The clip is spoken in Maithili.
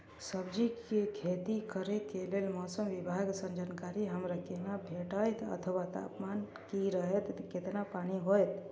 सब्जीके खेती करे के लेल मौसम विभाग सँ जानकारी हमरा केना भेटैत अथवा तापमान की रहैत केतना पानी होयत?